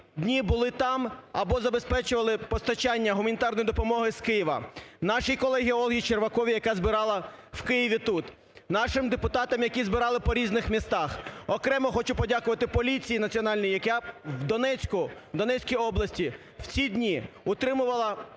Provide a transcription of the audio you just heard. дні були там або забезпечували постачання гуманітарної допомоги з Києва, нашій колезі Ользі Черваковій, яка збирала в Києві тут, нашим депутатам, які збирали по різних містах. Окремо хочу подякувати Поліції національній, яка в Донецьку, в Донецькій області утримувала